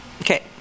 Okay